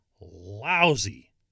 lousy